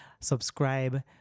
Subscribe